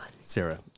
Sarah